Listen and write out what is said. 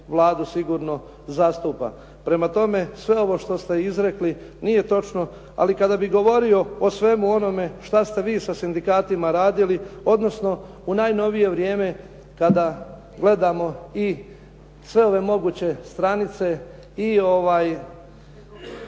Vladu sigurno zastupa. Prema tome, sve ovo što ste izrekli nije točno, ali kada bih govorio o svemu onome što ste vi sa sindikatima radili odnosno u najnovije vrijeme kada gledamo i sve ove moguće stranice i